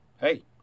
Hey